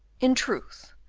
in truth,